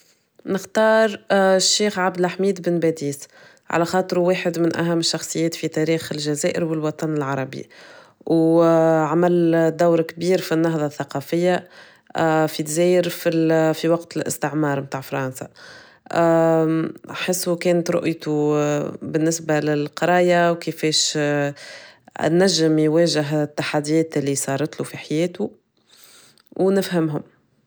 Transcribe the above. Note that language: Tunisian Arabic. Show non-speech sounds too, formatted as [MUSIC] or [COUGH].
نختار [HESITATION] الشيخ عبد الحميد بن بديس، على خاطرو واحد من أهم الشخصيات في تاريخ الجزائر والوطن العربي، أو [HESITATION] عمل [HESITATION] دور كبير في النهضة الثقافية [HESITATION] في جزاير في في وقت الاستعمار متاع فرنسا [HESITATION] احسه كانت رؤيته [HESITATION] بالنسبة للقراية وكيفاش انجم يواجه التحديات اللي صارت له في حياته ونفهمهم.